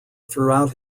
throughout